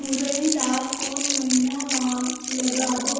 मुरई ला कोन महीना मा लगाबो